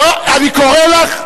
אני קורא לך.